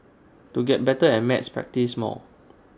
to get better at maths practise more